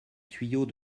tuyau